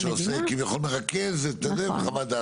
יש חוקר שכביכול מרכז וחוות דעתו.